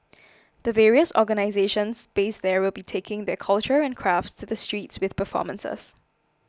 the various organisations based there will be taking their culture and crafts to the streets with performances